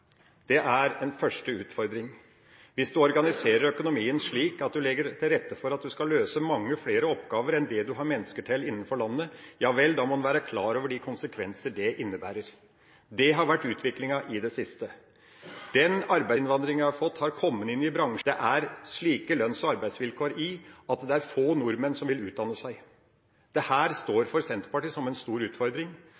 mange flere oppgaver enn det man har mennesker til i landet, må man være klar over de konsekvenser det innebærer. Det har vært utviklinga i det siste. Den arbeidsinnvandringa en har fått, har kommet i bransjer med slike lønns- og arbeidsvilkår at få nordmenn vil utdanne seg i dem. Dette står